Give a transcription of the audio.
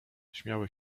śmiały